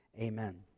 Amen